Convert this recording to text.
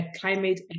climate